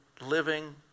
living